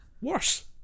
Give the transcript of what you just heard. worse